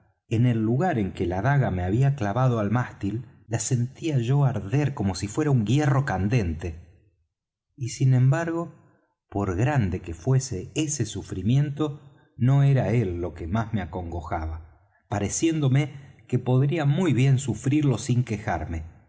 en el lugar en que la daga me había clavado al mástil la sentía yo arder como si fuera un hierro candente y sin embargo por grande que fuese ese sufrimiento no era él lo que más me acongojaba pareciéndome que podría muy bien sufrirlo sin quejarme